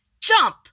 jump